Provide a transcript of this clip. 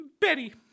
Betty